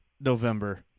November